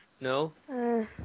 No